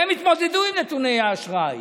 שהם יתמודדו עם נתוני האשראי,